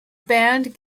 band